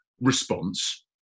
response